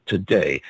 Today